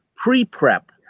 Pre-prep